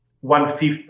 one-fifth